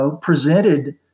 presented